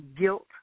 guilt